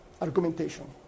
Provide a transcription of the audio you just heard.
argumentation